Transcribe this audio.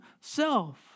self